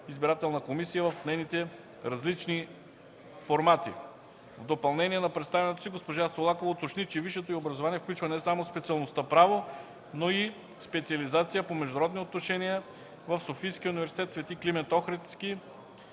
избирателна комисия в нейните различни формати. В допълнение на представянето си госпожа Солакова уточни, че висшето й образование включва не само специалността „Право”, но и специализация по „Международни отношения” в СУ „Св. Климент Охридски”,